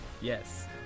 Yes